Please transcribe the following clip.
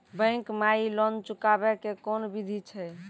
Bank माई loan चुकाबे के कोन बिधि छै?